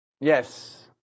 Yes